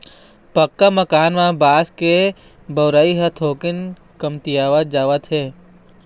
पक्का मकान म बांस के बउरई ह थोकिन कमतीयावत जावत हे